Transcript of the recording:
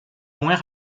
moins